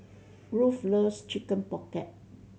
Ruth loves Chicken Pocket